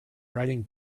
riding